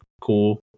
cool